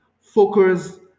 Focus